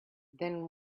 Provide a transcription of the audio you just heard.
then